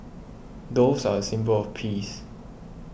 doves are a symbol of peace